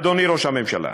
אדוני ראש הממשלה,